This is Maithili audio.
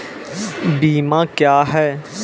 बीमा क्या हैं?